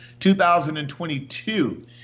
2022